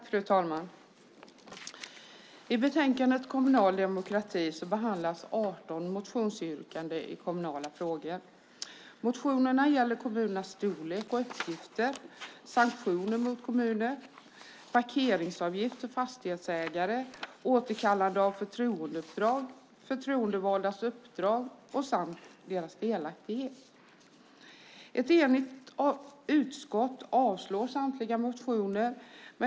Fru talman! I betänkandet Kommunal demokrati och kompetens behandlas 18 motionsyrkanden i kommunala frågor. Motionerna gäller kommunernas storlek och uppgifter, sanktioner mot kommuner, parkeringsavgifter för fastighetsägare, återkallanden av förtroendeuppdrag, förtroendevaldas uppdrag samt deras delaktighet. Ett enigt utskott avstyrker samtliga motioner.